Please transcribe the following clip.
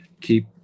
keep